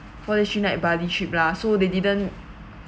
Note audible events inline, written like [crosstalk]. for the three night bali trip lah so they didn't [noise]